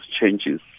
changes